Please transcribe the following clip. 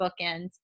bookends